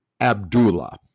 Abdullah